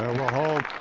ah will hold.